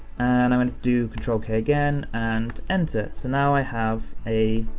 and i'm gonna do ctrl k again, and enter. so now i have a